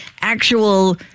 actual